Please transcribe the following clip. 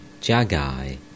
Jagai